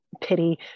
pity